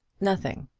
nothing.